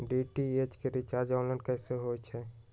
DTH के recharge online कैसे होईछई?